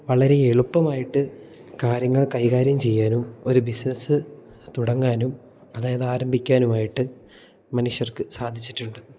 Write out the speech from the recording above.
വളരെ എളുപ്പമായിട്ട് കാര്യങ്ങൾ കൈകാര്യം ചെയ്യാനും ഒരു ബിസിനസ്സ് തുടങ്ങാനും അതായത് ആരംഭിക്കാനുമായിട്ട് മനുഷ്യർക്ക് സാധിച്ചിട്ടുണ്ട്